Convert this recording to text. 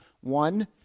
one